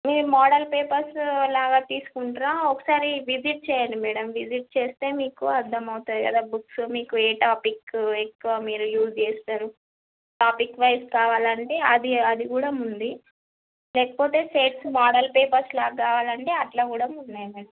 మీరు model papers లాగా తీసుకుంటారా ఒకసారి విసిట్ చెయ్యండి మేడం విసిట్ చేస్తే మీకు అర్థం అవుతాయి కదా బుక్స్ మీకు ఏ టాపిక్కు ఎక్కువ మీరు యుస్ చేస్తారు టాపిక్ వైస్ కావాలంటే అది అది కూడా ఉంది లేకపోతే సెట్స్ మోడల్ పేపర్స్లా కావాలంటే అలా కూడా ఉన్నాయి మేడం